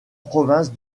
province